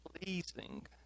pleasing